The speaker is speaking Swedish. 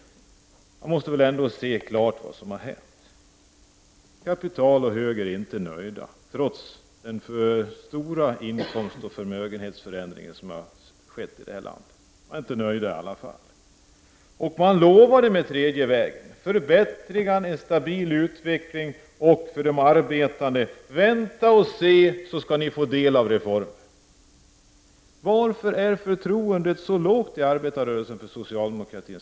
Det måste väl ändå vara klart vad som har hänt: Kapitalet och högern är inte nöjda, trots den stora inkomstoch förmögenhetsförändring som har skett i vårt land. Med den tredje vägens politik lovade man förbättringar och en stabil utveckling. Till de arbetande sade man: Vänta och se, så skall ni få del av reformen. Varför är förtroendet för socialdemokratins politik så lågt inom arbetarrörelsen?